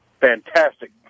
fantastic